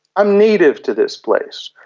i'm native to this place.